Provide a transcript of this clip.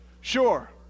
Sure